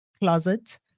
closet